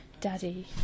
daddy